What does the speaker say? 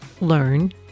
learn